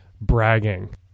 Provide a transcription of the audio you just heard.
bragging